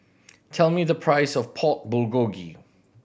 tell me the price of Pork Bulgogi